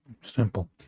Simple